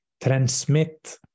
transmit